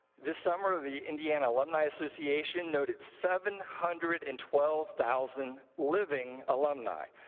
this summer, the indiana alumni association noted seven hundred and twelve thousand living alumni.